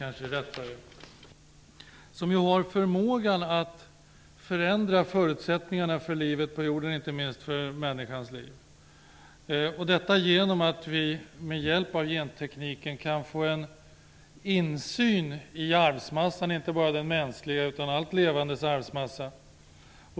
Den har förmågan att förändra förutsättningarna för livet på jorden, inte minst för människans liv. Detta sker genom att vi med hjälp av gentekniken kan få en insyn i arvsmassan, den mänskliga såväl som allt levandes arvsmassa.